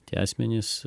tie asmenys